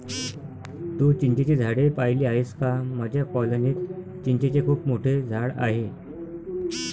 तू चिंचेची झाडे पाहिली आहेस का माझ्या कॉलनीत चिंचेचे खूप मोठे झाड आहे